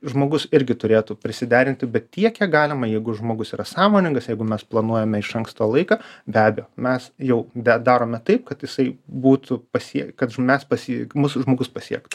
žmogus irgi turėtų prisiderinti bet tiek kiek galima jeigu žmogus yra sąmoningas jeigu mes planuojame iš anksto laiką be abejo mes jau be darome taip kad jisai būtų pasie kad mes pas jį mus žmogus pasiektų